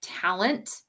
talent